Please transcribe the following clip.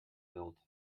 built